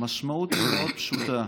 המשמעות היא מאוד פשוטה: